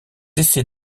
essais